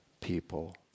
people